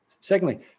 Secondly